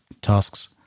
tasks